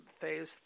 phase